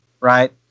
right